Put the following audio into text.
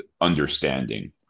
understanding